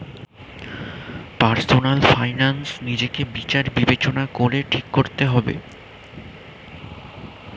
personal finance নিজেকে বিচার বিবেচনা করে ঠিক করতে হবে